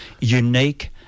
unique